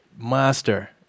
Master